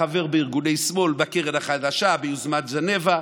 חבר בארגוני שמאל, בקרן החדשה, ביוזמת ז'נבה,